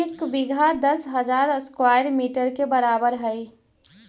एक बीघा दस हजार स्क्वायर मीटर के बराबर हई